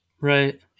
right